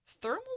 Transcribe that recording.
thermal